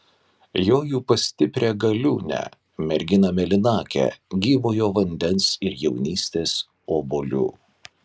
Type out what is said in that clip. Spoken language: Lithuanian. joju pas stiprią galiūnę merginą mėlynakę gyvojo vandens ir jaunystės obuolių